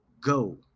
go